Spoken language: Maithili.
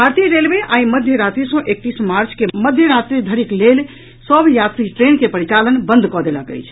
भारतीय रेलवे आइ मध्य रात्रि सँ एकतीस मार्च के मध्य रात्रि धरिक लेल सभ यात्री ट्रेन के परिचालन बंद कऽ देल गेल अछि